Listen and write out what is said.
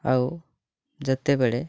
ଆଉ ଯେତେବେଳେ